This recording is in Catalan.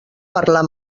parlar